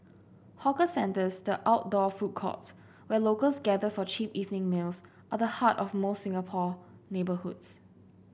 hawker centres the outdoor food courts where locals gather for cheap evening meals are the heart of most Singapore neighbourhoods